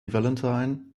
valentine